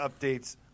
updates